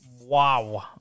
Wow